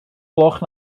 gloch